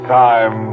time